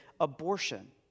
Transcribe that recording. abortion